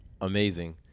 amazing